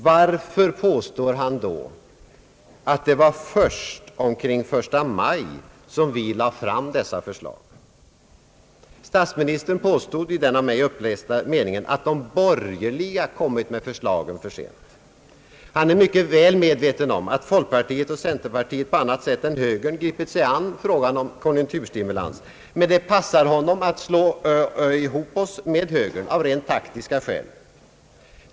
Varför påstår han då att det var först omkring den 1 maj som vi lade fram dessa förslag? Statsministern påstod i den av mig upplästa meningen att »de borgerliga» kommit med förslagen för sent. Han är mycket väl medveten om att folkpartiet och centerpartiet på annat sätt än högern gripit sig an problemen om konjunkturstimulans. Men det passar honom att slå ihop oss med högern, detta av rent taktiska skäl.